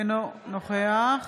אינו נוכח